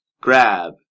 grab